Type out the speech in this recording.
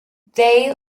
they